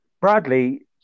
Bradley